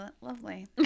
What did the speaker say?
lovely